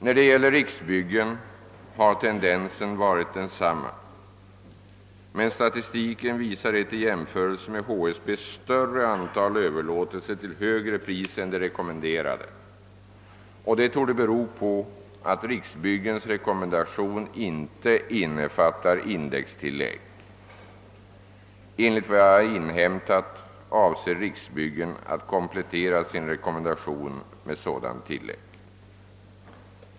När det gäller Riksbyggen har tendensen varit densamma. Statistiken visar dock ett i jämförelse med HSB större antal överlåtelser till högre pris än det rekommenderade, vilket torde bero på att Riksbyggens rekommendation inte innefattar indextillägg. Enligt vad jag har inhämtat avser Riksbyggen att komplettera sin rekommendation med sådant tillägg.